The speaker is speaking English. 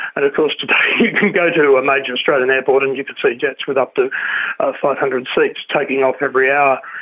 and of course today you can go to a major australian airport and you can see jets with up to five hundred seats taking off every hour.